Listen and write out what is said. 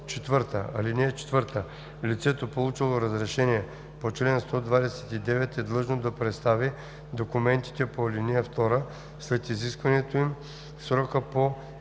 4: „(4) Лицето, получило разрешение по чл. 129, е длъжно да представи документите по ал. 2 след изискването им в срока по чл.